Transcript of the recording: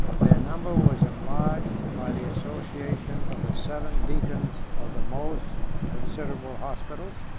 their number was enlarged by the association of the seven deacons of the most considerable hospitals,